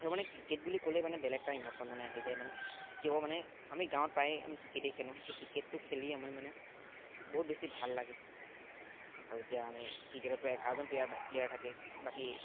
আৰু মানে ক্ৰিকেট বুলি ক'লেই মানে বেলেগ এটা ইম'চন মানে আহি যায় মানে কিয় মানে আমি গাঁৱত প্ৰায়েই আমি ক্ৰিকেটেই খেলোঁ সেই ক্ৰিকেটটো খেলি আমি মানে বহুত বেছি ভাল লাগে আৰু এতিয়া আমি ক্ৰিকেটতটো এঘাৰজন প্লেয়াৰ প্লেয়াৰ থাকে বাকী